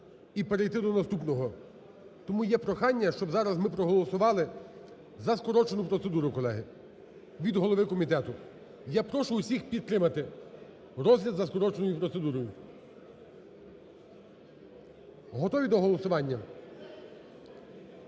і перейти до наступного. Тому є прохання, щоб зараз ми проголосували за скорочену процедуру, колеги, від голови комітету. Я прошу всіх підтримати розгляд за скороченою процедурою. Готові до голосування?